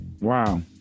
Wow